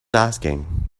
asking